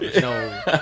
no